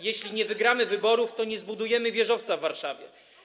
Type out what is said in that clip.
jeśli nie wygramy wyborów, to nie zbudujemy wieżowca w Warszawie.